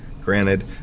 granted